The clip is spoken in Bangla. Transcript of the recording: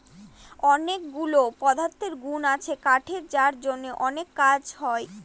অনেকগুলা পদার্থগুন আছে কাঠের যার জন্য অনেক কাজ হয়